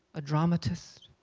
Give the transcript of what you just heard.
a dramatist,